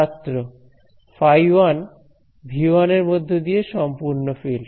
ছাত্র ফাই 1 V 1 এর মধ্য দিয়ে সম্পূর্ণ ফিল্ড